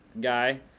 guy